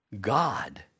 God